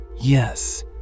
Yes